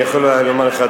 אני יכול לומר לך,